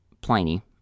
Pliny